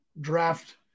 draft